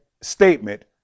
statement